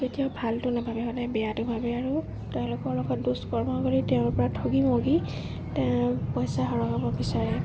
কেতিয়াও ভালটো নাভাবে সদায় বেয়াটো ভাবে আৰু তেওঁলোকৰ লগত দুষ্কৰ্ম তেওঁৰ পৰা ঠগি মগি তেওঁৰ পইচা সৰকাব বিচাৰে